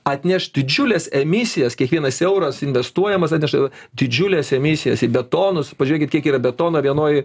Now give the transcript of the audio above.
atneš didžiules emisijas kiekvienas euras investuojamas atneša didžiules emisijas į betonus pažiūrėkit kiek yra betono vienoj